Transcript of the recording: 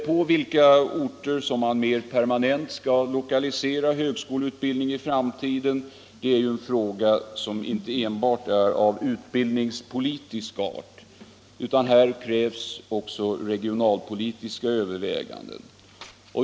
På vilka orter man mer permanent skall lokalisera högskoleutbildning i framtiden är ju en fråga som inte enbart är av utbildningspolitisk art, utan här krävs också regionalpolitiska överväganden.